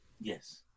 Yes